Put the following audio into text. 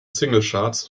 singlecharts